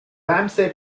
ramsey